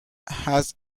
has